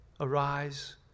arise